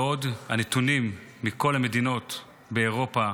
בעוד הנתונים מכל המדינות באירופה